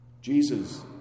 Jesus